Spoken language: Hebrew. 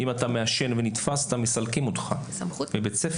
אם אתה מעשן ונתפסת, מסלקים אותך מבית-הספר.